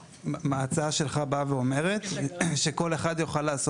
ההצעה שלך באה ואומרת שכל אחד יוכל לעשות,